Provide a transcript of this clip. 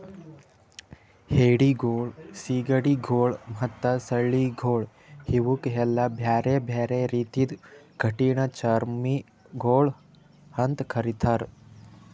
ಏಡಿಗೊಳ್, ಸೀಗಡಿಗೊಳ್ ಮತ್ತ ನಳ್ಳಿಗೊಳ್ ಇವುಕ್ ಎಲ್ಲಾ ಬ್ಯಾರೆ ಬ್ಯಾರೆ ರೀತಿದು ಕಠಿಣ ಚರ್ಮಿಗೊಳ್ ಅಂತ್ ಕರಿತ್ತಾರ್